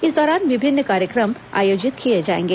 इस दौरान विभिन्न कार्यक्रम आयोजित किए जाएंगे